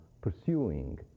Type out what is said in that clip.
pursuing